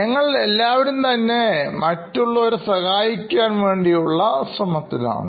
ഞങ്ങൾ എല്ലാവരും തന്നെ മറ്റുള്ളവരെ സഹായിക്കാൻ വേണ്ടിയുള്ള ശ്രമത്തിലാണ്